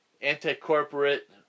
anti-corporate